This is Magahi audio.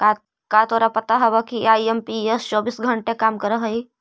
का तोरा पता हवअ कि आई.एम.पी.एस चौबीस घंटे काम करअ हई?